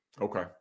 Okay